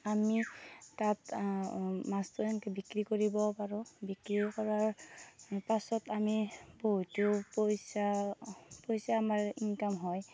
আমি তাত মাছটো সেনেকে বিক্ৰী কৰিব পাৰোঁ বিক্ৰী কৰাৰ পাছত আমি বহুতো পইচা পইচা আমাৰ ইনকম হয়